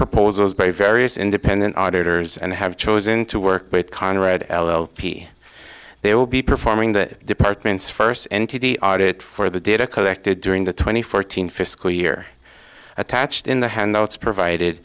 proposals by various independent auditors and have chosen to work with conrad l l p they will be performing the department's first entity audit for the data collected during the twenty fourteen fiscal year attached in the handouts provided